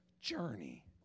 journey